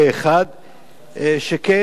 שכן אני גם מברך,